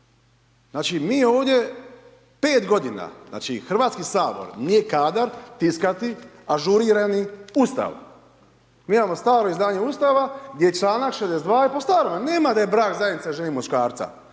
Znači mi ovdje 5 godina, znači Hrvatski sabor nije kadar tiskati ažurirani Ustav, mi imamo staro izdanje Ustava gdje članak 62. je po starom, nema da je brak zajednica žene i muškarca.